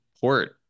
port